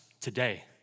today